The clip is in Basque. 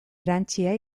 erantsia